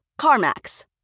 CarMax